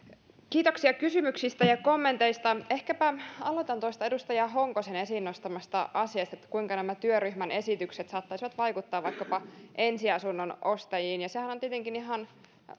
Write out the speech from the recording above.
kiitoksia kysymyksistä ja kommenteista ehkäpä aloitan tuosta edustaja honkosen esiin nostamasta asiasta kuinka nämä työryhmän esitykset saattaisivat vaikuttaa vaikkapa ensiasunnon ostajiin sehän on tietenkin ihan